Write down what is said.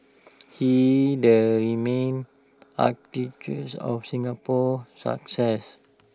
he's the main architect of Singapore's success